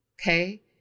Okay